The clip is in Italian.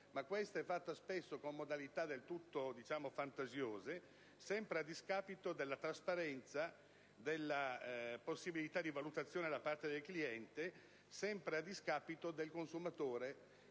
peraltro fatta spesso con modalità del tutto fantasiose, sempre a discapito della trasparenza, della possibilità di valutazione da parte del cliente, del consumatore